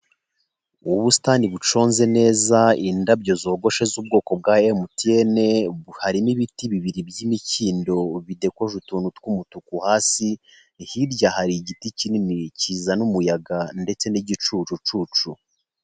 Ubusitani buconze neza indabyo, zogoshe z'ubwoko bwa Emutiyeni harimo ibiti bibiri by'imikindo bidekoje utuntu tw'umutuku hasi, hirya hari igiti kinini kizana umuyaga ndetse n'igicucucucu.